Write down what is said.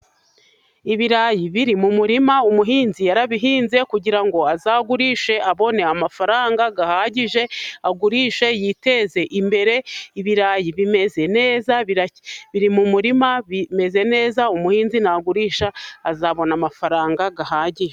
Ibirayi biri mu murima, umuhinzi yarabihinze kugirango azagurishe, abone amafaranga ahagije, agurishe yiteze imbere, ibirayi bimeze neza, biri mu murima bimeze neza, umuhinzi nagurisha azabona, amafaranga ahagije.